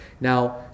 now